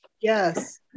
Yes